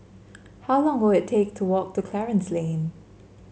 how long will it take to walk to Clarence Lane